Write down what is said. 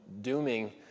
dooming